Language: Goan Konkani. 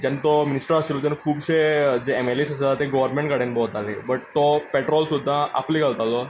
जेन्ना तो मिनिस्टर आशिल्लो तेन्ना खुबशे जे एम एल ए आसात ते गवर्मेंट गाडयान भोंवताले बट तो पेट्रोल सुध्दा आपलें घालतालो